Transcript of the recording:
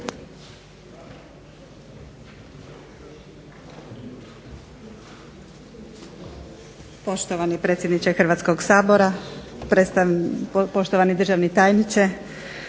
Poštovani predsjedniče Hrvatskog sabora, poštovani državni tajniče,